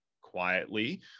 quietly